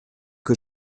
que